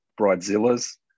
bridezillas